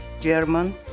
German